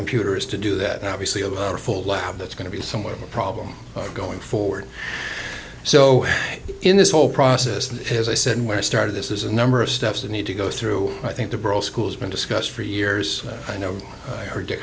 computers to do that and obviously a full lab that's going to be somewhat of a problem going forward so in this whole process has i said when i started this is a number of steps you need to go through i think the school's been discussed for years i know i heard